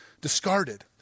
Discarded